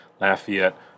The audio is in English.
Lafayette